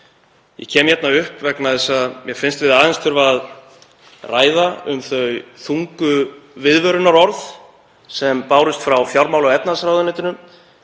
Ég kem hér upp vegna þess að mér finnst við aðeins þurfa að ræða um þau þungu viðvörunarorð sem bárust frá fjármála- og efnahagsráðuneytinu